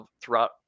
throughout